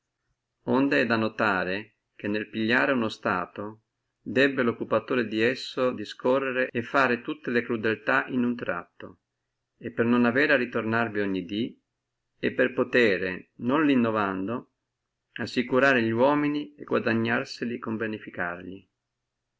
è da notare che nel pigliare uno stato debbe loccupatore di esso discorrere tutte le crudeltà in un tratto per non le avere a rinnovare ogni dí e potere non le innovando assicurare li uomini e guadagnarseli con beneficarli